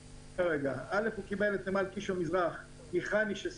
אחד, קיבלנו את נמל קישון מזרח מחנ"י.